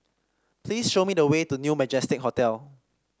please show me the way to New Majestic Hotel